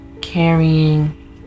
Carrying